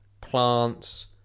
plants